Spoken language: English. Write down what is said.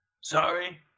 Sorry